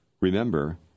Remember